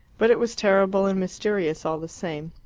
but it was terrible and mysterious all the same,